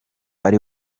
ari